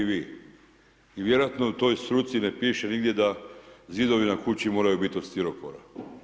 I vjerojatno u toj struci ne piše nigdje da zidovi na kući moraju biti od stiropora.